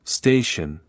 station